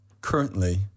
currently